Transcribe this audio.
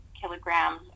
kilograms